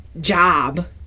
job